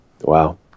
Wow